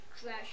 trash